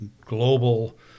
global